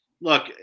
look